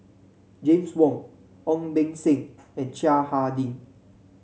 James Wong Ong Beng Seng and Chiang Hai Ding